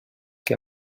que